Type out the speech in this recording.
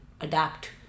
adapt